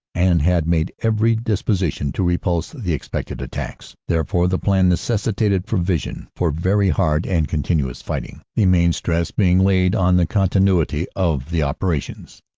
and had made every dis position to repulse the expected attacks. therefore the plan necessi tated provision for very hard and continuous fighting, the main stress being laid on the continuity of the operations.